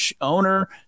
owner